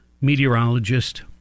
meteorologist